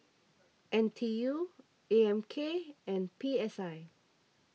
N T U A M K and P S I